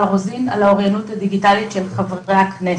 רוזין על האוריינות הדיגיטלית של חברי הכנסת.